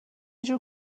جور